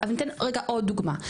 אבל אני אתן רגע עוד דוגמא.